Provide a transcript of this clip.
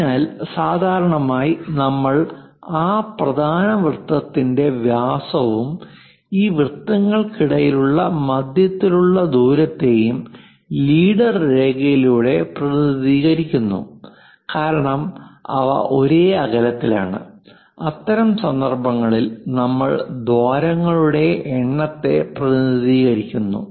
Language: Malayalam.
അതിനാൽ സാധാരണയായി നമ്മൾ ആ പ്രധാന വൃത്തത്തിന്റെ വ്യാസവും ഈ വൃത്തങ്ങൾക്കിടയിലുള്ള മധ്യത്തിലുള്ള ദൂരത്തേയും ലീഡർ രേഖയിലൂടെ പ്രതിനിധീകരിക്കുന്നു കാരണം അവ ഒരേ അകലത്തിലാണ് അത്തരം സന്ദർഭങ്ങളിൽ നമ്മൾ ദ്വാരങ്ങളുടെ എണ്ണത്തെ പ്രതിനിധീകരിക്കുന്നു